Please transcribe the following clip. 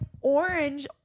orange